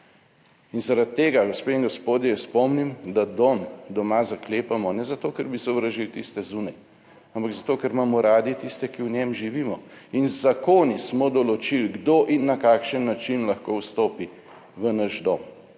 In zaradi tega, gospe in gospodje, jaz spomnim, da dom doma zaklepamo, ne zato, ker bi sovražili tiste zunaj, ampak zato, ker imamo radi tiste, ki v njem živimo. In z zakoni smo določili, kdo in na kakšen način lahko vstopi v naš dom